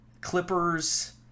Clippers